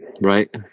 Right